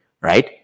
right